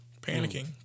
panicking